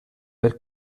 per